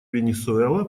венесуэла